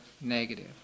negative